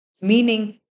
Meaning